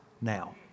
now